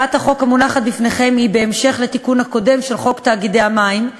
הצעת החוק המונחת בפניכם היא בהמשך לתיקון הקודם של חוק תאגידי המים.